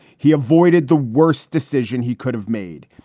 he avoided the worst decision he could have made.